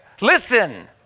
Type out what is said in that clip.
listen